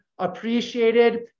Appreciated